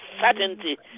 certainty